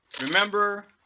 Remember